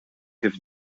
kif